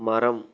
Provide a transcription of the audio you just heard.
மரம்